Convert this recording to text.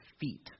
feet